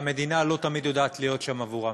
והמדינה לא תמיד יודעת להיות שם בעבורם.